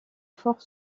fort